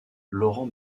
laurent